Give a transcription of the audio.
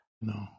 no